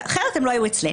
אחרת הם לא היו אצלנו.